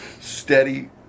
steady